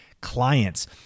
clients